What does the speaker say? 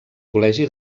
col·legi